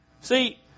See